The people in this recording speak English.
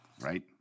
Right